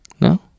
no